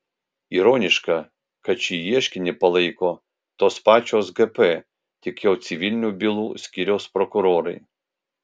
ironiška kad šį ieškinį palaiko tos pačios gp tik jau civilinių bylų skyriaus prokurorai